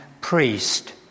priest